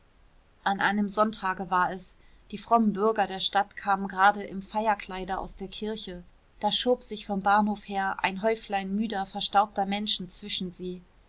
an einem sonntage war es die frommen bürger der stadt kamen gerade im feierkleide aus der kirche da schob sich vom bahnhof her ein häuflein müder verstaubter menschen zwischen sie